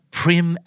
prim